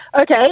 okay